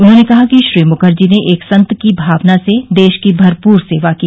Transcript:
उन्होंने कहा कि श्री मुखर्जी ने एक संत की भावना से देश की भरपूर सेवा की